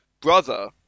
brother